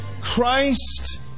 Christ